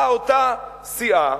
באה אותה סיעה,